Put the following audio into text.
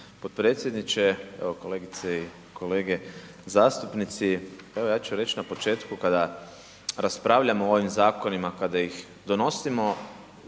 kolegice i kolege zastupnici, evo ja ću reći na početku kada raspravljamo o vim zakonima, kada ih donosimo,